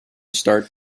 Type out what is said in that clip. start